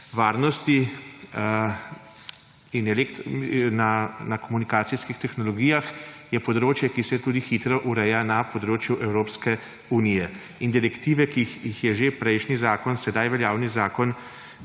varnosti na komunikacijskih tehnologijah je področje, ki se tudi hitro ureja na področju Evropske unije, in direktive, ki jih je že prejšnji zakon, sedaj veljavni zakon,